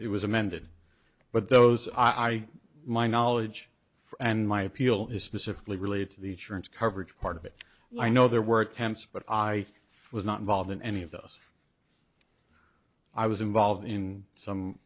it was amended but those i my knowledge for and my appeal is specifically related to the insurance coverage part of it i know there were attempts but i was not involved in any of those i was involved in some